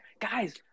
guys